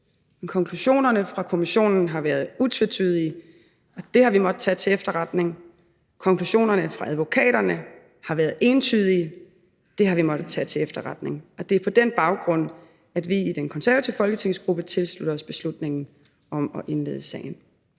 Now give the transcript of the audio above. Men konklusionerne fra kommissionen har været utvetydige, og det har vi måttet tage til efterretning. Konklusionerne fra advokaterne har været entydige, og det har vi måttet tage til efterretning. Og det er på den baggrund, at vi i den konservative folketingsgruppe tilslutter os beslutningen om at indlede sagen.